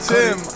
Tim